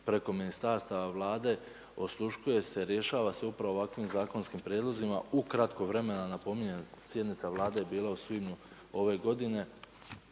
preko ministarstava, vlade, osluškuje se, rješava se upravo ovakvim zakonskim prijedlozima u kratko vremena, napominjem sjednica vlade je bila u svibnju ove godine,